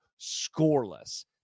scoreless